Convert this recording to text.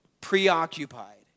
preoccupied